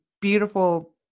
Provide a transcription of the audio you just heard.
beautiful